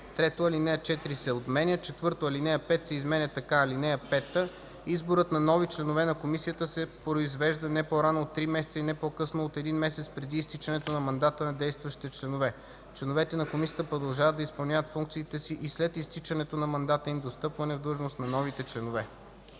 3. Алинея 4 се отменя. 4. Алинея 5 се изменя така: „(5) Изборът на нови членове на комисията се произвежда не по-рано от три месеца и не по-късно от един месец преди изтичането на мандата на действащите членове. Членовете на комисията продължават да изпълняват функциите си и след изтичането на мандата им до встъпване в длъжност на новите членове.”